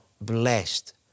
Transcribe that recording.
blessed